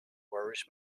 worries